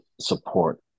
support